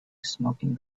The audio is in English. smoking